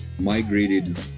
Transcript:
migrated